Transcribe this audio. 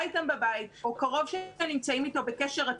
איתם בבית או קרוב שהם נמצאים איתו בקשר רציף,